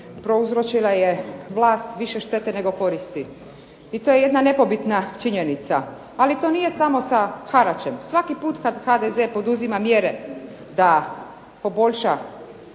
prouzročila je vlast više štete nego koristi. I to je jedna nepobitna činjenica. Ali to nije samo sa haračem. Svaki puta kada HDZ poduzima mjere da poboljša